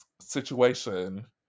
situation